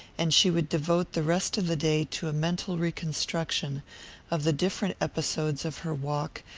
and she would devote the rest of the day to a mental reconstruction of the different episodes of her walk,